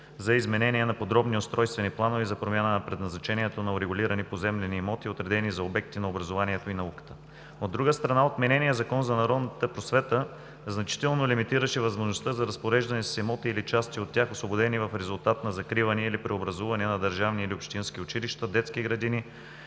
за изменение на подробни устройствени планове и за промяна на предназначението на урегулирани поземлени имоти, отредени за обекти на образованието и науката. От друга страна отмененият Закон за народната просвета значително лимитираше възможността за разпореждане с имоти или части от тях, освободени в резултат на закриване или преобразуване на държавни или общински училища, детски градини